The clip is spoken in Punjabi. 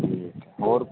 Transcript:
ਠੀਕ ਹੈ ਹੋਰ